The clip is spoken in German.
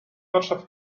ortschaft